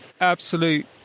absolute